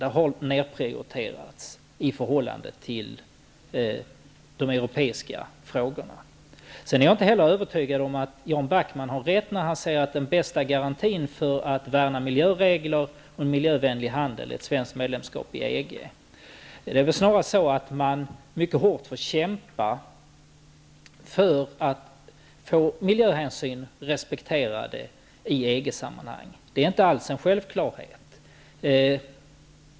Det har nedprioriterats i förhållande till de europeiska frågorna. Jag är inte heller övertygad om att Jan Backman har rätt när han säger att den bästa garantin för att värna miljöregler och en miljövänlig handel är ett svenskt medlemskap i EG. Det är snarare så att man får kämpa mycket hårt för att få miljöhänsyn respekterade i EG-sammanhang. Det är inte alls någon självklarhet.